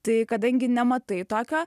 tai kadangi nematai tokio